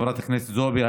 חברת הכנסת זועבי,